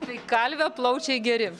tai kalvio plaučiai geri